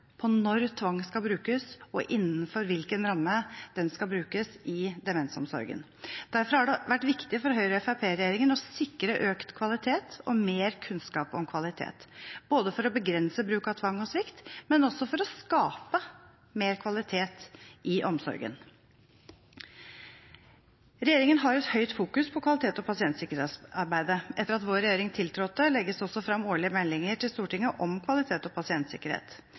når tvang skal brukes, og innenfor hvilken ramme den skal brukes i demensomsorgen. Derfor har det vært viktig for Høyre–Fremskrittsparti-regjeringen å sikre økt kvalitet og mer kunnskap om kvalitet, både for å begrense bruk av tvang og svikt og for å skape mer kvalitet i omsorgen. Regjeringen har et høyt fokus på kvalitets- og pasientsikkerhetsarbeidet. Etter at vår regjering tiltrådte, legges det fram årlige meldinger til Stortinget om kvalitet og pasientsikkerhet.